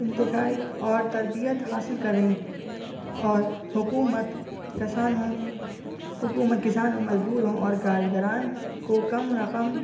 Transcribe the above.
انتکائے اور تربیت حاصل کریں اور حکومت کسانوں حکومت کسانوں مزدوروں اور کاریگران کو کم رقم